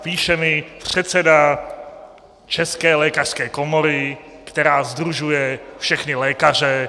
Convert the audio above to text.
Píše mi předseda České lékařské komory, která sdružuje všechny lékaře.